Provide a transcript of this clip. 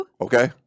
Okay